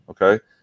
okay